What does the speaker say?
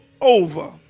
over